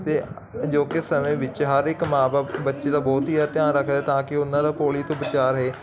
ਤੇ ਅਜੋਕੇ ਸਮੇਂ ਵਿੱਚ ਹਰ ਇੱਕ ਮਾਂ ਬਾਪ ਬੱਚੇ ਦਾ ਬਹੁਤ ਹੀ ਧਿਆਨ ਰੱਖਦਾ ਤਾਂ ਕਿ ਉਹਨਾਂ ਦਾ ਪੋਲੀਓ ਤੋਂ ਬਚਾਅ ਰਹੇ